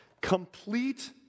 Complete